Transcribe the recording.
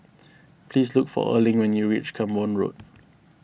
please look for Erling when you reach Camborne Road